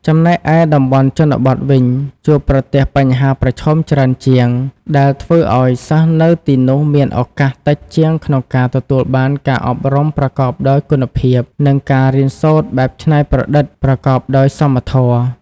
ចំណែកឯតំបន់ជនបទវិញ ជួបប្រទះបញ្ហាប្រឈមច្រើនជាង ដែលធ្វើឱ្យសិស្សនៅទីនោះមានឱកាសតិចជាងក្នុងការទទួលបានការអប់រំប្រកបដោយគុណភាព និងការរៀនសូត្របែបច្នៃប្រឌិត ប្រកបដោយសមធម៌។